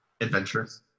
adventurous